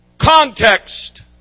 context